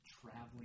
traveling